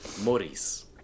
Morris